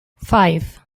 five